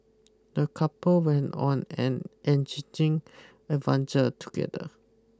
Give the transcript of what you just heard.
the couple went on an enriching adventure together